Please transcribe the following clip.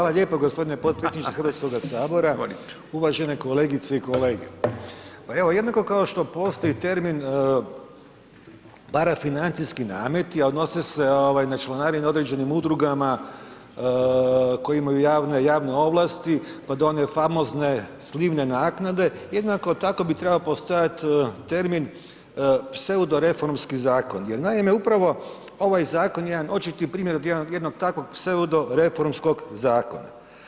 Hvala lijepo g. potpredsjedniče Hrvatskog sabora, uvažene kolegice i kolege. pa evo, jednako kao što postoji termin parafinancijski namet a odnose se na članarine određenim udrugama koje imaju javne ovlasti pa do one famozne slivne naknade, jednako tako bi trebalo postojati termin pseudoreformski zakon jer upravo ovaj zakon je jedan očiti primjer od jednog pseudoreformskog zakona.